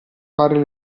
fare